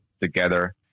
together